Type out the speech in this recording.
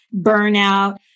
burnout